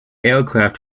aircraft